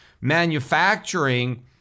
Manufacturing